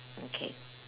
okay